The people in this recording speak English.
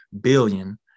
billion